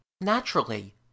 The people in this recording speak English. naturally